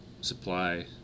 Supply